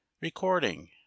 Recording